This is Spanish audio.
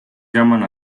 llaman